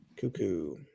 Cuckoo